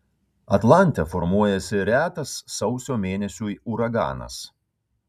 atlante formuojasi retas sausio mėnesiui uraganas